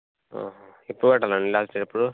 ఎప్పుడు కట్టాలండీ లాస్ట్ ఎప్పుడు